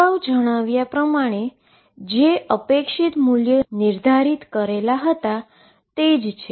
અગાઉ જણાવ્યા પ્રમાણે જે એક્સપેક્ટેશન વેલ્યુ નિર્ધારિત કરેલા હતા તે જ છે